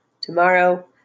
Tomorrow